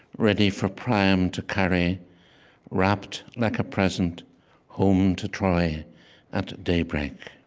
ready for priam to carry wrapped like a present home to troy at daybreak